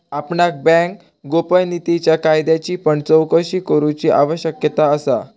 आपणाक बँक गोपनीयतेच्या कायद्याची पण चोकशी करूची आवश्यकता असा